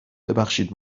ببخشید